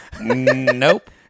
Nope